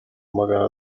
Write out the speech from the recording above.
magana